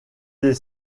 est